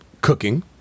cooking